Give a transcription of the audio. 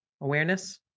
Awareness